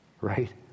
right